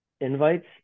invites